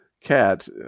cat